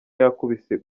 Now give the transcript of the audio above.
yakubise